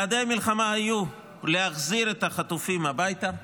יעדי המלחמה היו להחזיר את החטופים הביתה.